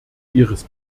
ihres